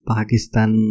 Pakistan